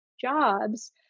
jobs